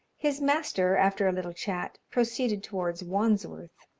his master, after a little chat, proceeded towards wandsworth,